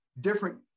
different